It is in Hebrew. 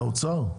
האוצר?